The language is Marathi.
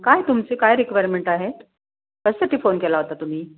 काय तुमचे काय रिक्वायरमेंट आहेत कशासाठी फोन केला होता तुम्ही